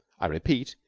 i repeat,